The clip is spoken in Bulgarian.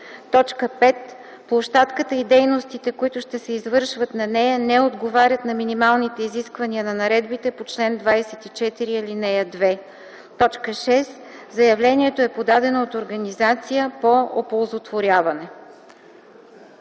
2; 5. площадката и дейностите, които ще се извършват на нея, не отговарят на минималните изисквания на наредбите по чл. 24, ал. 2; 6. заявлението е подадено от организация по оползотворяване.”